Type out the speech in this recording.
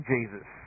Jesus